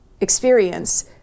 experience